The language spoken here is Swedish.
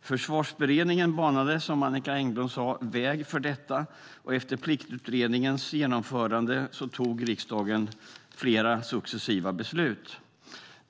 Försvarsberedningen banade, som Annicka Engblom sade, väg för detta, och efter Pliktutredningens genomförande tog riksdagen flera successiva beslut.